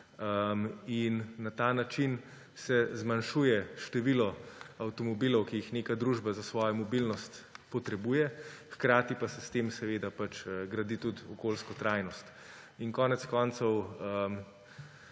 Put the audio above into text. in na ta način se zmanjšuje število avtomobilov, ki jih neka družba za svojo mobilnost potrebuje, hkrati pa se s tem seveda gradi tudi okolijsko trajnost. Konec koncev